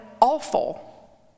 awful